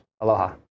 Aloha